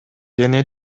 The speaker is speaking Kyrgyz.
дене